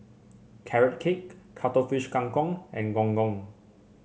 Carrot Cake Cuttlefish Kang Kong and Gong Gong